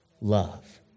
love